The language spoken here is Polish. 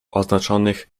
oznaczonych